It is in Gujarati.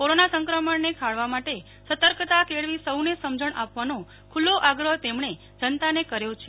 કોરોના સંક્રમણ ને ખાળવા માટે સતર્કતા કેળવી સૌ ને સમજણ આપવા નો ખુલ્લો આગ્રહ તેમણ જનતા ને કર્યો છે